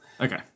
Okay